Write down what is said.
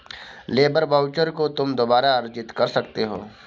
labour voucher को तुम दोबारा अर्जित कर सकते हो